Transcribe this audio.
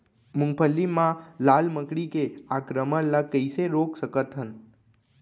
मूंगफली मा लाल मकड़ी के आक्रमण ला कइसे रोक सकत हन?